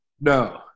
No